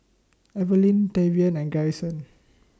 Evaline Tavion and Garrison